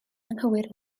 anghywir